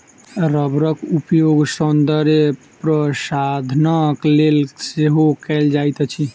रबड़क उपयोग सौंदर्य प्रशाधनक लेल सेहो कयल जाइत अछि